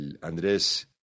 Andrés